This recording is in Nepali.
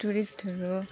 टुरिस्टहरू